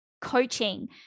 coaching